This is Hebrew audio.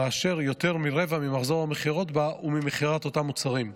ואשר יותר מרבע ממחזור המכירות בה הוא ממכירת אותם מוצרים.